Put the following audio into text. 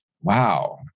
wow